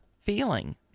feeling